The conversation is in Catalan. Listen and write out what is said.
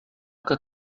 que